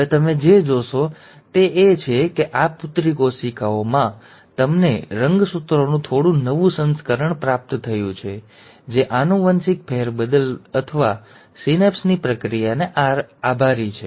હવે તમે જે જોશો તે એ છે કે આ પુત્રી કોશિકાઓમાં તમને રંગસૂત્રોનું થોડું નવું સંસ્કરણ પ્રાપ્ત થયું છે જે આનુવંશિક ફેરબદલ અથવા સિનેપ્સની પ્રક્રિયાને આભારી છે